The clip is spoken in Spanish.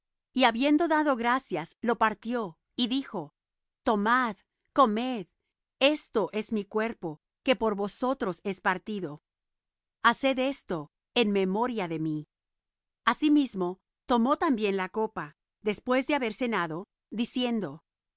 y habiendo dado gracias lo partió y dijo tomad comed esto es mi cuerpo que por vosotros es partido haced esto en memoria de mí asimismo tomó también la copa después de haber cenado diciendo